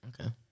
Okay